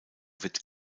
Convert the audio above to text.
wird